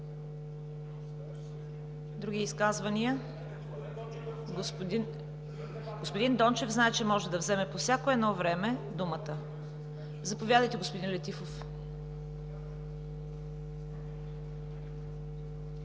за България”.) Господин Дончев знае, че може да вземе по всяко едно време думата. Заповядайте, господин Летифов.